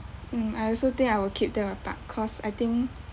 mm I also think I will keep them apart cause I think